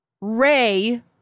Ray